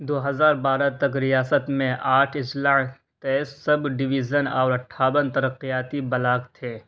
دو ہزار بارہ تک ریاست میں آٹھ اضلاع تیئس سب ڈویژن اور اٹھاون ترقیاتی بلاک تھے